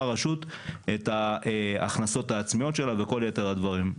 את ההכנסות העצמיות שלה וכל יתר הדברים.